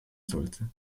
sollte